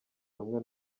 rumwe